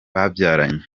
babyaranye